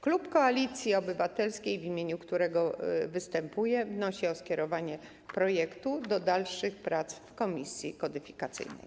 Klub Koalicji Obywatelskiej, w imieniu którego występuję, wnosi o skierowanie projektu do dalszych prac w komisji kodyfikacyjnej.